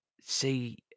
see